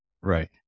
Right